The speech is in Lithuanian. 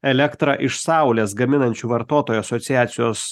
elektrą iš saulės gaminančių vartotojų asociacijos